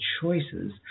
choices